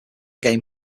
again